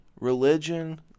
religion